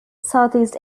southeast